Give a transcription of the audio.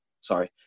sorry